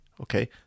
Okay